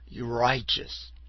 righteous